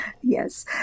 Yes